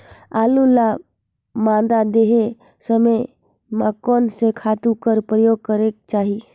आलू ल मादा देहे समय म कोन से खातु कर प्रयोग करेके चाही?